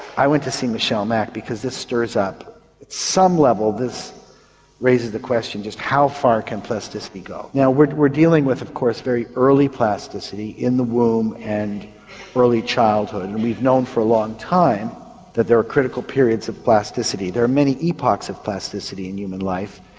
i went to see michelle mack because this stirs up at some level, this raises the question just how far can plasticity go? now we're we're dealing with of course very early plasticity in the womb and early childhood and we've known for a long time that there are critical periods of plasticity. there are many epochs of plasticity in human life.